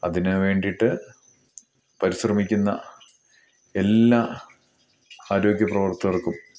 അതിന് വേണ്ടീട്ട് പരിശ്രമിക്കുന്ന എല്ലാ ആരോഗ്യ പ്രവർത്തകർക്കും